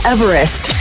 Everest